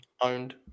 owned